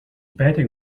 betting